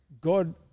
God